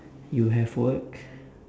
you have work